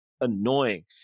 annoying